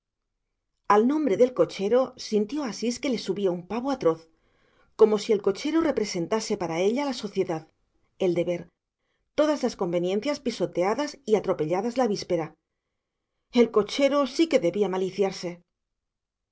al nombre del cochero sintió asís que le subía un pavo atroz como si el cochero representase para ella la sociedad el deber todas las conveniencias pisoteadas y atropelladas la víspera el cochero sí que debía maliciarse